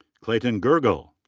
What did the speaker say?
clayton gergel.